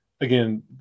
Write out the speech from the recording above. again